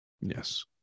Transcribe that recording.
Yes